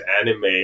anime